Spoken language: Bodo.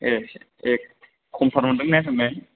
ए एक खमथार मोनदों ने होननै